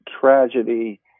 tragedy